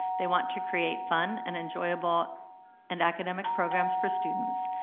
they want to create fun and enjoyable and academic programs for students.